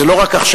זה לא רק עכשיו.